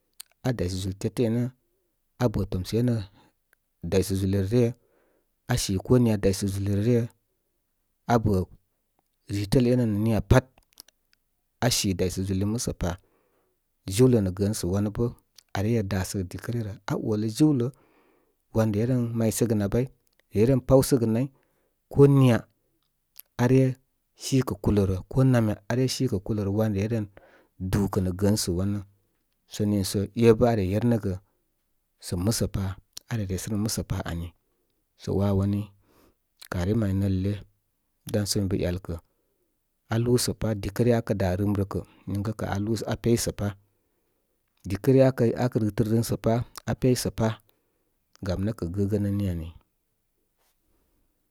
A daysə zúl tətə énə aa bə tomsə énə daysə zulirə ryə. Asi ko niya daysə zuli rə ryə. Abə ritələ énə nə niya pat, asi daysə zuli musəpa. Jiwlə nə gəəsə wanə bə are é dasəgə dikə ryə rə rə. A olə jiwlə wan re éren maysə gə nayba. Re éren pawsəgə nay. Ko uya are si kə kulə rə. Ko namya are sikə kulə rə. Wan re éren dúkə nə gəənsə wanə sa niisə é bə are yernəgə sə musə pa, are resənəgə musə pa anio sə wawani kari maya nɨl le dansə mi bə ‘yəlkə. Alúúsə pá dikə ryə dá rɨm rə kəl niŋkə kə kə aa lúú aa lúúsə apeysə pá. Dikə ryə akə rɨtə rɨn kə niŋkə a lúúsə apeysə pá. Dikə ryə akə rɨtərɨn sə pá aa peysə pá. Gam nə kə gəgən ən ni ani.